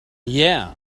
yeah